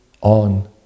on